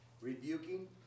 rebuking